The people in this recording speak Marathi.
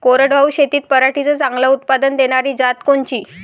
कोरडवाहू शेतीत पराटीचं चांगलं उत्पादन देनारी जात कोनची?